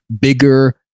bigger